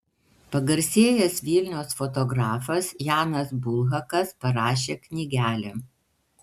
pagarsėjęs vilniaus fotografas janas bulhakas parašė knygelę